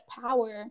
power